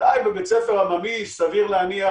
אולי בבית ספר עממי סביר להניח